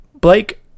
Blake